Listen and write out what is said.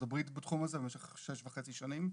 הברית בתחום הזה במשך שש וחצי שנים,